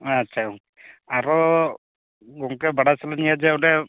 ᱟᱪᱪᱷᱟ ᱟᱨᱚ ᱚᱱᱟᱠᱟ ᱵᱟᱰᱟᱭ ᱥᱟᱱᱟᱭᱮᱫ ᱞᱤᱧᱟᱹ ᱡᱮ ᱚᱸᱰᱮ